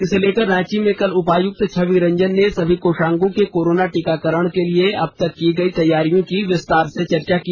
इसे लेकर रांची में कल उपायुक्त छवि रंजन ने सभी कोषांगों के कोरोना टीकाकरण के लिए अब तक की गयी तैयारियों की विस्तार से चर्चा की